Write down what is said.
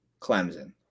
Clemson